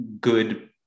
good